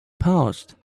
paused